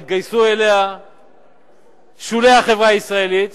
שהתגייסו אליה שולי החברה הישראלית